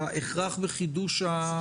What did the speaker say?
ההכרח בחידוש?